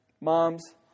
Moms